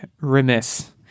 remiss